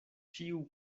ĉiu